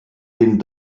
den